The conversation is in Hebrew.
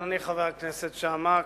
אדוני חבר הכנסת שאמה,